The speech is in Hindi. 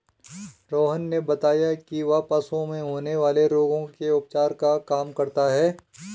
रोहन ने बताया कि वह पशुओं में होने वाले रोगों के उपचार का काम करता है